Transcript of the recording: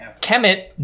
Kemet